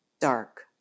dark